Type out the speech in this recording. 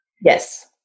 Yes